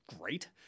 great